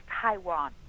Taiwan